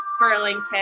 burlington